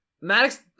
Maddox